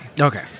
okay